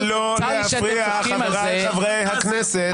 נא לא להפריע, חבריי חברי הכנסת.